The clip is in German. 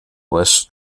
west